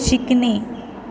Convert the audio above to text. शिकणे